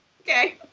okay